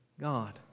God